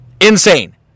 Insane